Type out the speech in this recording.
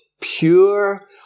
pure